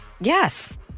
Yes